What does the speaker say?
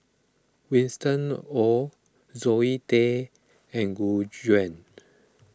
Winston Oh Zoe Tay and Gu Juan